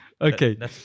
Okay